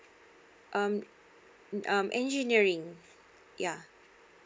um um engineering ya